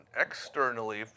externally